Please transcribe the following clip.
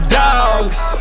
dogs